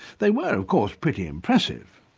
they were of course pretty impressive.